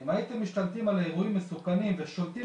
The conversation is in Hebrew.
אם הייתם משתלטים על אירועים מסוכנים ושולטים